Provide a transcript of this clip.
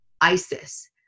ISIS